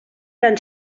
eren